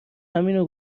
همینو